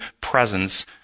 presence